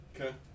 Okay